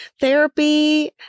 therapy